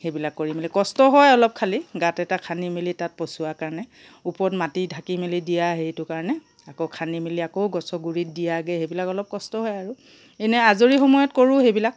সেইবিলাক কৰি মেলি কষ্ট হয় অলপ খালি গাঁত এটা খানি মেলি তাত পচোৱা কাৰণে ওপৰত মাটি ঢাকি মেলি দিয়া এইটো কাৰণে আকৌ খানি মেলি আকৌ গছৰ গুৰিত দিয়াগৈ সেইবিলাক অলপ কষ্ট হয় আৰু এনেই আজৰি সময়ত কৰোঁ সেইবিলাক